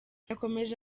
yakomeje